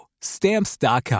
Stamps.com